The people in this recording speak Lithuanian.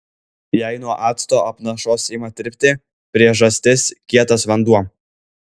jei nuo acto apnašos ima tirpti priežastis kietas vanduo